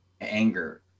anger